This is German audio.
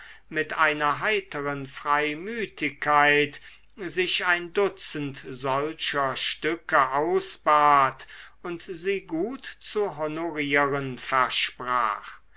mit einer heiteren freimütigkeit sich ein dutzend solcher stücke ausbat und sie gut zu honorieren versprach